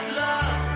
love